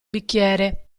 bicchiere